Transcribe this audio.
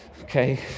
okay